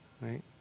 right